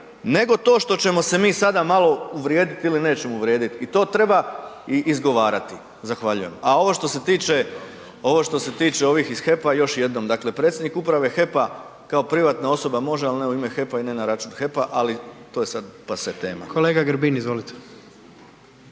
nego to što ćemo se mi sada malo vrijediti ili nećemo uvrijediti i to treba izgovarati. Zahvaljujem. A ovo što se tiče, ovo što se tiče ovih iz HEP-a još jednom, dakle predsjednik Uprave HEP-a kao privatna osoba može ali ne u ime HEP-a i ne na račun HEP-a ali to je sad pase tema. **Jandroković,